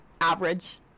average